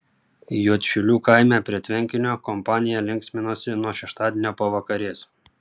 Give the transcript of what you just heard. juodšilių kaime prie tvenkinio kompanija linksminosi nuo šeštadienio pavakarės